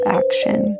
action